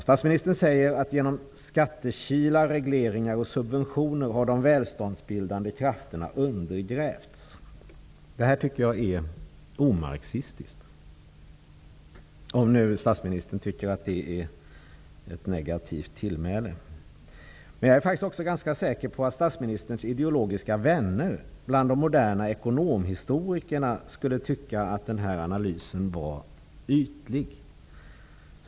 Statsministern säger att de välståndsbildande krafterna har undergrävts genom skattekilar, regleringar och subventioner. Jag tycker att det påståendet är omarxistiskt -- om nu statsministern tycker att det är ett negativt tillmäle. Men jag är också ganska säker på att statsministerns ideologiska vänner bland de moderna ekonomihistorikerna skulle tycka att den analysen är ytlig.